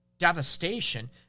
devastation